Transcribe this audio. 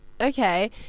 okay